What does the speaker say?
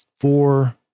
four